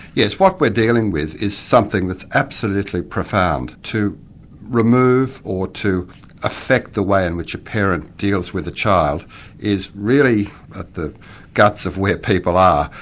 yes, what we're dealing with is something that's absolutely profound to remove or to affect the way in which a parent deals with a child is really the guts of where people are,